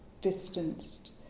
distanced